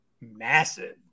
massive